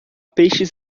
peixes